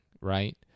right